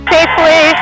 safely